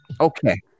Okay